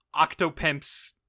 Octopimps